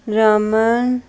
Raman